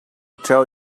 tell